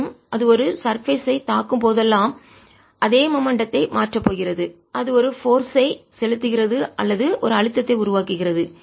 மற்றும் அது ஒரு சர்பேஸ் ஐ மேற்பரப்பை தாக்கும் போதெல்லாம் அந்த மொமெண்ட்டத்தை வேகத்தை மாற்றப் போகிறது அது ஒரு போர்ஸ் ஐ சக்தியை செலுத்துகிறது அல்லது ஒரு அழுத்தத்தை உருவாக்குகிறது